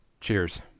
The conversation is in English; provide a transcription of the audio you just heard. Cheers